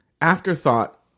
afterthought